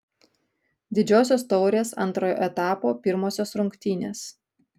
didžiosios taurės antrojo etapo pirmosios rungtynės